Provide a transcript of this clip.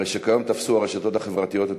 הרי שכיום תפסו הרשתות החברתיות את